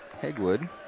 Hegwood